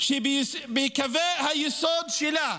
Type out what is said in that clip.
שבקווי היסוד שלה,